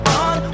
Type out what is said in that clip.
on